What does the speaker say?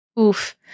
Oof